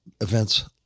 events